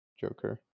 Joker